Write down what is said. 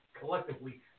collectively